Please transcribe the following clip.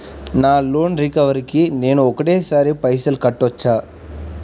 నా loan recovery కి నేను ఒకటేసరి పైసల్ కట్టొచ్చా?